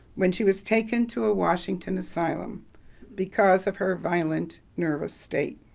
when she was taken to a washington asylum because of her violent, nervous state.